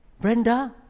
Brenda